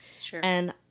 Sure